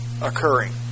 occurring